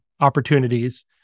opportunities